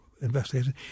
investigation